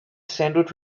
sandwich